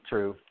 True